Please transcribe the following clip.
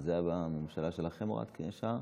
זה היה שלכם בהוראת שעה?